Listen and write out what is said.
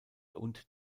und